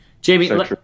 Jamie